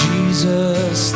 Jesus